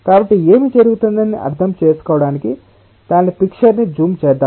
కాబట్టి ఏమి జరుగుతుందని అర్థం చేసుకోవడానికి దాని పిక్చర్ ని జూమ్ చేద్దాం